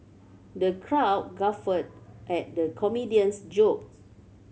the crowd guffawed at the comedian's jokes